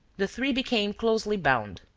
the three became closely bound.